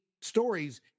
stories